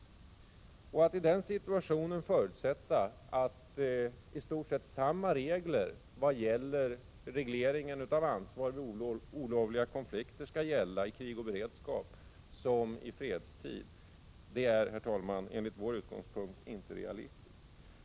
Att i en sådan situation förutsätta att i stort sett samma regler för regleringen av ansvaret för olovliga konflikter skall gälla under krig och beredskap som i fredstid är, herr talman, enligt vår mening inte realistiskt.